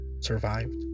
survived